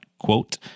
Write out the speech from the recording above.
quote